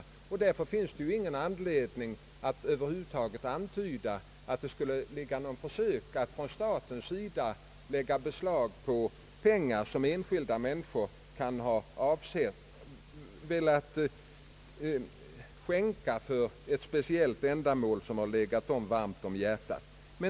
Därför finns det heller ingen anledning att göra antydningar om något försök från statens sida att lägga beslag på pengar som enskilda människor velat skänka till ett speciellt ändamål som legat dem varmt om hjärtat.